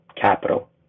capital